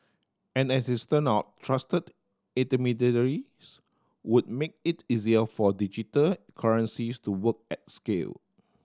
and as it turn out trusted intermediaries would make it easier for digital currencies to work at scale